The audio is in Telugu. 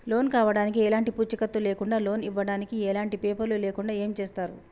లోన్ కావడానికి ఎలాంటి పూచీకత్తు లేకుండా లోన్ ఇవ్వడానికి ఎలాంటి పేపర్లు లేకుండా ఏం చేస్తారు?